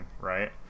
right